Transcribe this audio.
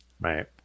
Right